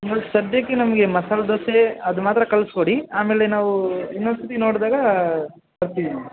ನೀವು ಸದ್ಯಕ್ಕೆ ನಮಗೆ ಮಸಾಲೆ ದೋಸೆ ಅದು ಮಾತ್ರ ಕಳ್ಸಿಕೊಡಿ ಆಮೇಲೆ ನಾವು ಇನ್ನೊಂದ್ ಸರ್ತಿ ನೋಡಿದಾಗ